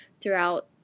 throughout